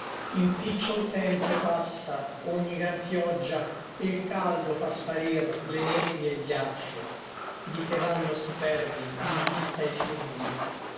in picciol tempo passa ogni gran pioggia e l caldo fa sparir le nevi e l ghiaccio di che vanno superbi in vista i fiumi